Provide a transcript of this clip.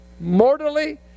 mortally